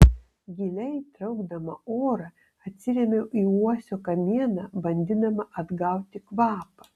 giliai traukdama orą atsirėmiau į uosio kamieną bandydama atgauti kvapą